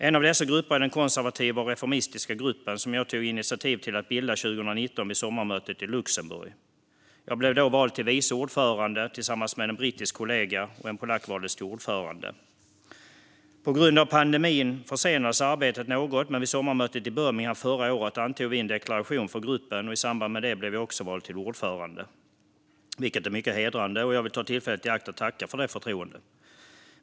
En av dessa grupper är den konservativa och reformistiska gruppen, som jag tog initiativ till att bilda 2019 vid sommarmötet i Luxemburg. Jag blev då vald till vice ordförande tillsammans med en brittisk kollega, och en polack valdes till ordförande. På grund av pandemin försenades arbetet något, men vid sommarmötet i Birmingham förra året antog vi en deklaration för gruppen. I samband med det blev jag också vald till ordförande, vilket är mycket hedrande. Jag vill ta tillfället i akt att tacka för det förtroendet.